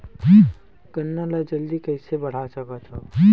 गन्ना ल जल्दी कइसे बढ़ा सकत हव?